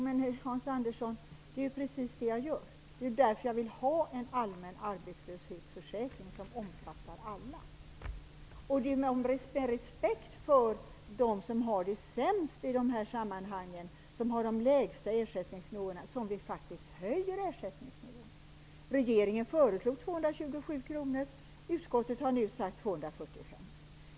Herr talman! Det är ju precis det jag gör, Hans Andersson! Det är ju därför jag vill ha en allmän arbetslöshetsförsäkring som omfattar alla. Det är av respekt för dem som har det sämst i dessa sammanhang och har de lägsta ersättningarna som utskottsmajoriteten föreslår en höjning av ersättningsnivån. Regeringen föreslog 227 kr, och utskottet har nu sagt 245.